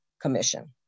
Commission